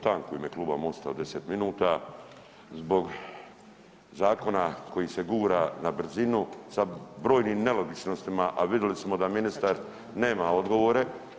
Tražim tanku u ime kluba Mosta od 10 minuta zbog zakona koji se gura na brzinu sa brojnim nelogičnostima, a vidjeli smo da ministar nema odgovore.